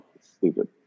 stupid